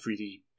3D